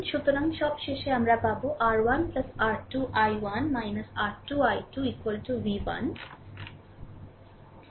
সুতরাং সব শেষে আমরা পাবো R 1 R 2 I1 R 2 I2 v 1